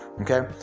okay